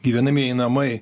gyvenamieji namai